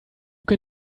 can